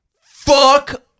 Fuck